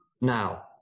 Now